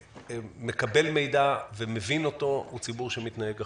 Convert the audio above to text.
שמקבל מידע ומבין אותו הוא ציבור שמתנהג אחרת.